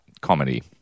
comedy